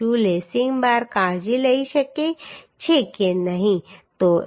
lacing bar કાળજી લઈ શકે છે કે નહીં